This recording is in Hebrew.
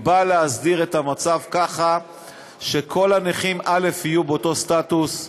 היא באה להסדיר את המצב כך שכל הנכים יהיו באותו סטטוס,